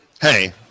Hey